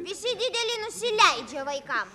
visi dideli nusileidžia vaikams